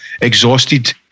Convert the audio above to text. exhausted